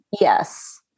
Yes